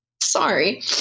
Sorry